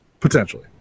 potentially